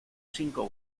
cinco